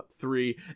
three